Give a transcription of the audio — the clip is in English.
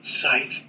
sight